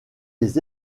les